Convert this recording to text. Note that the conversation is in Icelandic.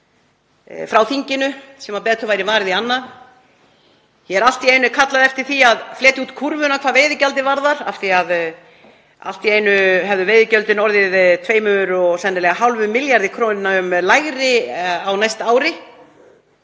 frá þinginu sem betur væri varið í annað. Hér er allt í einu kallað eftir því að fletja út kúrfuna hvað veiðigjaldið varðar af því að allt í einu hefðu veiðigjöldin sennilega orðið 2,5 milljörðum kr. lægri á næsta ári